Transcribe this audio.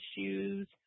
issues